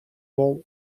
wol